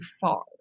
far